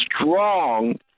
strong